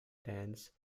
dance